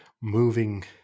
moving